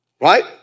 right